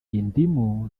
indimu